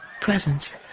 presence